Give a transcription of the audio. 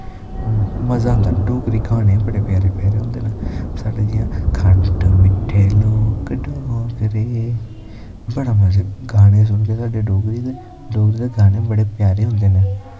मज़ा आंदा डोगरी गाने बी बड़े प्यारे प्यारे होंदे न साढ़े जियां खंड मिट्ठे लोक डोगरे बड़ा मज़ा गाने सुनदे साढ़ै डोगरी दे डोगरी दे गाने बड़े प्यारे होंदे नै